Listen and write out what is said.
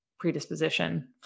predisposition